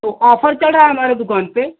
तो ऑफ़र चल रहा हमारे दुकान पर